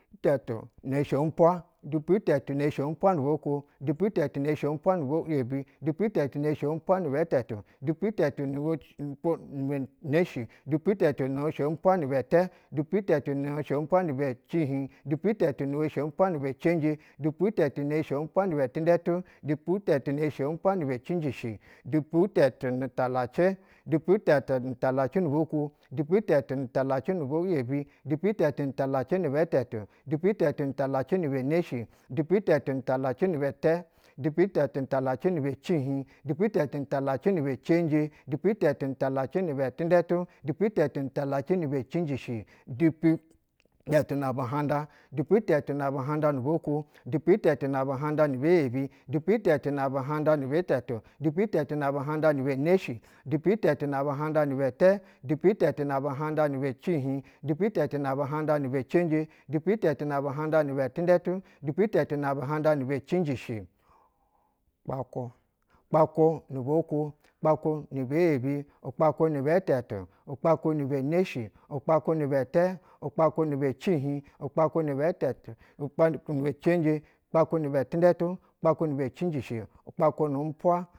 Dupu tɛtu ne she umpwa, dupu tɛtu ne she upwa nubwakwo, dupu tɛtu yebi, dupu tɛtu neshe unapwa ni bɛ tɛtu, dupu tɛtu nu wo sh nbn ni bɛ neshi, dupu tɛtu neshe umpwa nibɛtɛ dupu tɛtu neshe umpwa ni bɛ cihiɧ, dupu tɛtu neshe umpwani bɛ cenje, dupu tɛtu neshe umpwa ni bɛ tindɛtu, duputɛtu neshe umpwa ni bɛ cinjishi, dupu tɛtu nu talacɛ, dupu tɛtu nu talacɛ nu bwa kwa dupu tɛtu nu talacɛ nibe yebi dupu tɛtu nu talacɛ ni bɛ tɛtu dupu tɛtu nu talacɛ nibɛ neshi, duputɛtu nutadacɛ nibɛtɛ, dupu tɛtu nu talacɛ ni bɛ cihiɧ, dupu tɛtu nutalacɛ nibɛ cenje, dupu tɛtu nu talacɛ nibɛ tinƌetu dupu tɛtu nu talacɛ ni bɛ cinjishi, dupu tɛtu na buhanda, dupu tɛtu na buhanƌa nu bwa kwo, dupu tɛtu na buhanƌa ni bɛ yebi, dupu tɛtu na buha ndoni bɛtɛtu, dupu tɛtu na buhanƌa ni bɛ neshi dupu tɛtu na buhanƌa nibɛ neshi, dupu tɛtu na buhanƌa ni bɛ tɛ, dupu tɛtu na buhanƌani bɛcihiɧ, duputɛtu na buhamda nibɛ cenje, dupu tɛtu na buhanƌa ni bɛ cinjishi, okpakwu, kpakwu nu bwa kwu, kpakwa ni bɛ yebi, kpakwu nibɛ tɛtu, kpakwu nibɛ neshi, ukpakwu ni bɛtɛ, ukpaku ni bɛ cihiɧ, ukpakwu ni bɛ tɛtu ukpakwu ni bɛ cenje, kpakwu nibɛ tindɛtu, ukpakwu nibɛ cinjishi, ukpakwu nu umpwa.